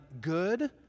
good